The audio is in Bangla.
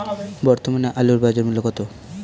বর্তমানে আলুর বাজার মূল্য কত?